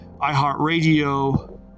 iHeartRadio